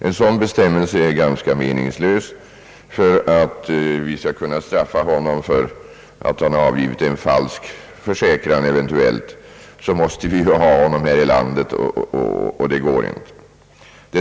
En sådan bestämmelse är ganska meningslös. För att vi skall kunna straffa vederbörande för att han eventuellt avgivit en falsk för säkran måste vi ha honom här i landet, och det går inte.